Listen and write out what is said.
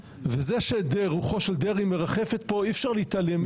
וזה שרוחו של דרעי מרחפת פה, אי אפשר להתעלם פה.